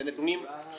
אלה נתונים שלהם.